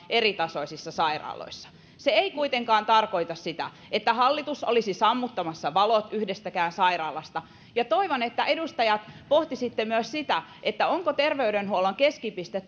eritasoisissa sairaaloissa se ei kuitenkaan tarkoita sitä että hallitus olisi sammuttamassa valot yhdestäkään sairaalasta ja toivon edustajat että pohtisitte myös sitä onko terveydenhuollon keskipiste